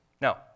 Now